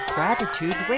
Gratitude